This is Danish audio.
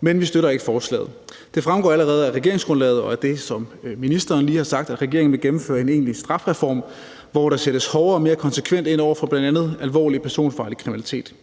men vi støtter ikke forslaget. Det fremgår allerede af regeringsgrundlaget og af det, som ministeren lige har sagt om, at regeringen vil gennemføre en egentlig strafreform, hvor der sættes hårdere og mere konsekvent ind over for bl.a. alvorlig personfarlig kriminalitet.